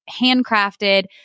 handcrafted